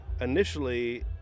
initially